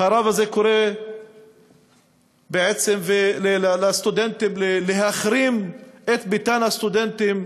הרב הזה קורא בעצם לסטודנטים להחרים את ביתן הסטודנטים,